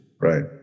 right